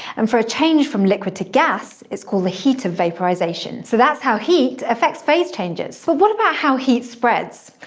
and for a change from liquid to gas it's called the heat of vaporization. so that's how heat affects phase changes. but what about how heat spreads?